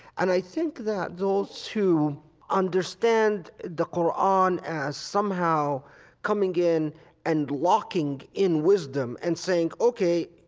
and i think that those who understand the qur'an as somehow coming in and locking in wisdom and saying, ok,